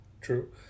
true